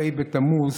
כ"ה בתמוז,